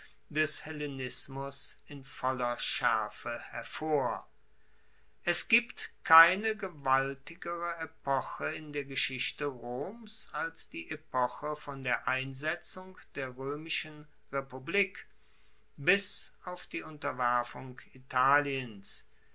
des hellenismus in voller schaerfe hervor es gibt keine gewaltigere epoche in der geschichte roms als die epoche von der einsetzung der roemischen republik bis auf die unterwerfung italiens